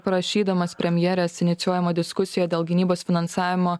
prašydamas premjerės inicijuojama diskusijoj dėl gynybos finansavimo